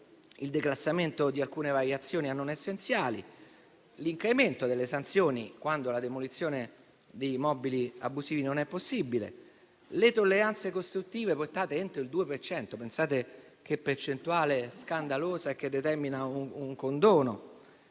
il declassamento di alcune variazioni a non essenziali; l'incremento delle sanzioni, quando la demolizione degli immobili abusivi non è possibile; le tolleranze costruttive portate entro il 2 per cento (pensate che percentuale scandalosa, che determina un condono);